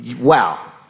Wow